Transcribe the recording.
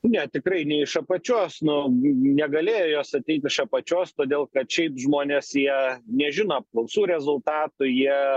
ne tikrai ne iš apačios nu negalėjo jos ateit iš apačios todėl kad šiaip žmonės jie nežino apklausų rezultatų jie